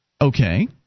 Okay